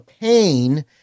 pain